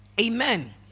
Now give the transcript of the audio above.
Amen